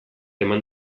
eman